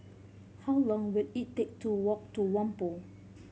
how long will it take to walk to Whampoa